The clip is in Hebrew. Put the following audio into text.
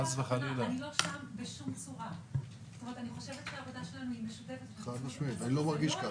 זאת לא הייתה הכוונה.